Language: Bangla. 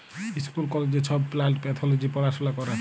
ইস্কুল কলেজে ছব প্লাল্ট প্যাথলজি পড়াশুলা ক্যরে